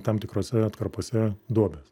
tam tikrose atkarpose duobės